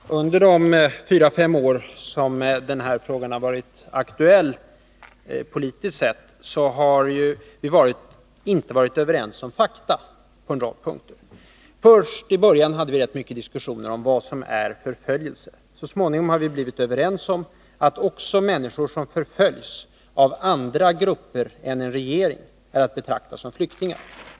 Fru talman! Under de fyra fem år som den här frågan har varit aktuell politiskt sett, har vi inte varit överens om fakta på en rad punkter. I början hade vi rätt mycket diskussioner om vad som är förföljelse. Så småningom har vi blivit överens om att också människor som förföljs av andra grupper än en regering är att betrakta som flyktingar.